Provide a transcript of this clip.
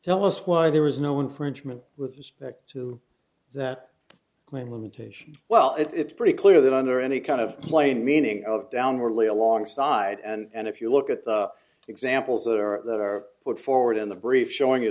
tell us why there is no infringement with respect to that claim limitation well it's pretty clear that under any kind of plain meaning of downwardly alongside and if you look at the examples that are that are put forward in the brief showing you